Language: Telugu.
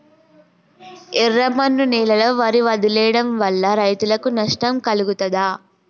ఎర్రమన్ను నేలలో వరి వదిలివేయడం వల్ల రైతులకు నష్టం కలుగుతదా?